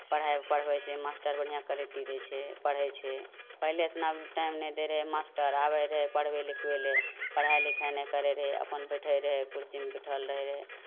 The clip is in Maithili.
पढ़ाइ पढ़बै छै मास्टर बढ़िआँ करैती दै छै पढ़ै छै पहिले एतना टाइम नहि दैत रहै मास्टर आबै रहै पढ़बै लिखबै लेल पढ़ाइ लिखाइ नहि करैत रहै अपन बैठैत रहै कुर्सीमे बैठल रहैत रहय